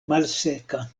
malseka